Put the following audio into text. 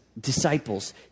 disciples